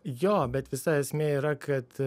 jo bet visa esmė yra kad